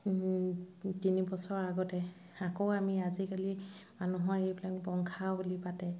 ও তিনি বছৰৰ আগতে আকৌ আমি আজিকালি মানুহৰ এইবিলাক বংশাৱলী পাতে